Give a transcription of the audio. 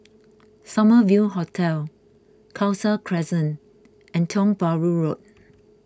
Summer View Hotel Khalsa Crescent and Tiong Bahru Road